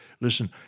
Listen